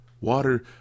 Water